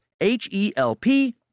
H-E-L-P